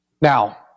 Now